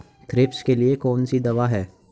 Thrips के लिए कौन सी दवा है?